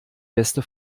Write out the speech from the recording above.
beste